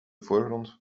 voorgrond